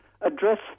address